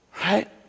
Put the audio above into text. Right